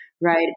right